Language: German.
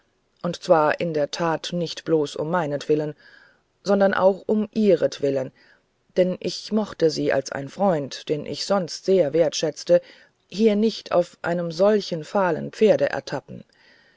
und zwar in der tat nicht bloß um meinetwillen sondern auch um ihrentwillen denn ich mochte sie als einen freund den ich sonst sehr wertschätze hier nicht auf einem solchen fahlen pferde ertappen